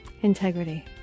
integrity